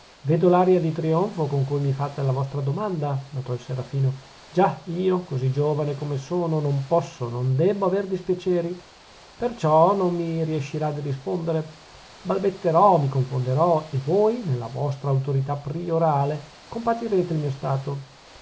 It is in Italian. vedo l'aria di trionfo con cui mi fate la vostra domanda notò il serafino già io così giovane come sono non posso non debbo aver dispiaceri perciò non mi riescirà di rispondere balbetterò mi confonderò e voi nella vostra autorità priorale compatirete il mio stato